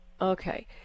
Okay